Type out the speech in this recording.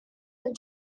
and